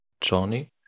Johnny